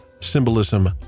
Symbolism